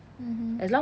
mmhmm